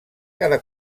cada